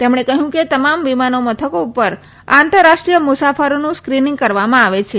તેમણે કહ્યું કે તમામ વિમાન મથકો પર આંતરરાષ્ટ્રીય મુસાફરોનું સ્ક્રીનીગ કરવામાં આવે છે